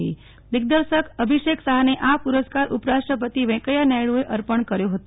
લેખક દિગ્દર્શક અભિષેક શાહને આ પુરસ્કાર ઉપરાષ્ટ્રપતિ વેંકઈથા નાયડુ એ અર્પણ કર્યો હતો